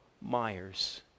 Myers